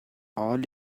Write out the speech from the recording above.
all